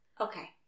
Okay